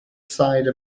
side